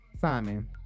Simon